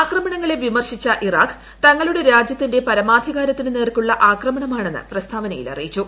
ആക്രമണങ്ങളെ വിമർശിച്ച ഇറാഖ് തങ്ങളുടെ രാജ്യത്തിന്റെ പരമാധികാരത്തിനു നേർക്കുള്ള ആക്രമണമാണെന്ന് പ്രസ്താവനയിൽ അറിയിച്ചു